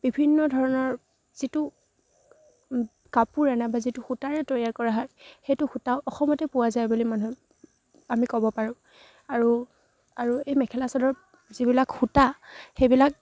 বিভিন্ন ধৰণৰ যিটো কাপোৰে নাইবা যিটো সূতাৰে তৈয়াৰ কৰা হয় সেইটো সূতা অসমতে পোৱা যায় বুলি মানুহ আমি ক'ব পাৰোঁ আৰু আৰু এই মেখেলা চাদৰ যিবিলাক সূতা সেইবিলাক